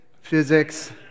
physics